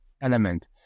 element